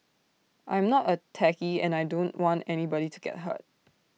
I am not A techie and I don't want anybody to get hurt